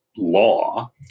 law